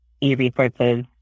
e-resources